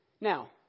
Now